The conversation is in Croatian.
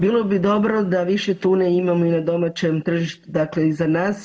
Bilo bi dobro da više tune imamo na domaćem tržištu, dakle i za nas.